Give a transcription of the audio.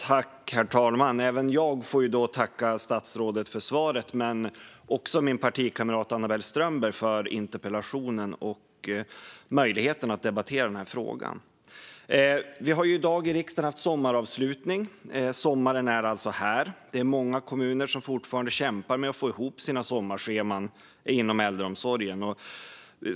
Herr talman! Även jag får tacka statsrådet för svaret, men jag tackar också min partikamrat Anna-Belle Strömberg för interpellationen och möjligheten att debattera frågan. Vi har i dag haft sommaravslutning i riksdagen. Sommaren är alltså här. Det är många kommuner som fortfarande kämpar med att få ihop sina sommarscheman inom äldreomsorgen.